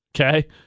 Okay